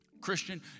Christian